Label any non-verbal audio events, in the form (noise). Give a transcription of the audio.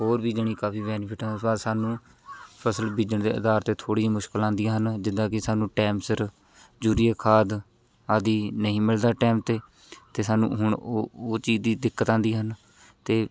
ਹੋਰ ਵੀ ਜਾਣੀ ਕਾਫੀ ਬੈਨੀਫਿਟ ਆ (unintelligible) ਸਾਨੂੰ ਫਸਲ ਬੀਜਣ ਦੇ ਅਧਾਰ 'ਤੇ ਥੋੜ੍ਹੀ ਮੁਸ਼ਕਲਾਂ ਆਉਂਦੀਆਂ ਹਨ ਜਿੱਦਾਂ ਕਿ ਸਾਨੂੰ ਟਾਈਮ ਸਿਰ ਯੂਰੀਆ ਖਾਦ ਆਦਿ ਨਹੀਂ ਮਿਲਦਾ ਟਾਈਮ 'ਤੇ ਅਤੇ ਸਾਨੂੰ ਹੁਣ ਉਹ ਉਹ ਚੀਜ਼ ਦੀ ਦਿੱਕਤ ਆਉਂਦੀ ਹਨ ਅਤੇ